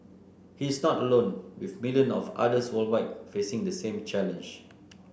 he is not alone with millions of others worldwide facing the same challenge